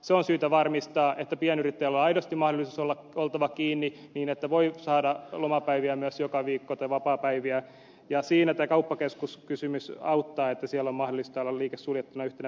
se on syytä varmistaa että pienyrittäjällä on aidosti mahdollisuus olla kiinni niin että voi saada lomapäiviä myös joka viikko tai vapaapäiviä ja siinä tämä kauppakeskuskysymys auttaa että siellä on mahdollista olla liike suljettuna yhtenä päivänä